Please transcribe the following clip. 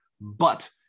But-